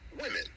women